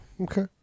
Okay